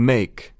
Make